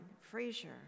Frazier